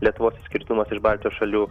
lietuvos išskirtinumas iš baltijos šalių